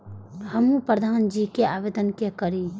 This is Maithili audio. हमू प्रधान जी के आवेदन के करी?